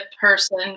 person